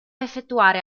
effettuare